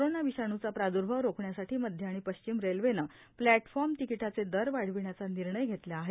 corona विषाणूचा प्रादुर्भाव रोखण्यासाठी मध्य आणि पश्चिम रेल्वेने प्लॅटफॉर्म तिकीटाचे दर वाढविण्याचा निर्णय घेतला आहे